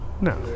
No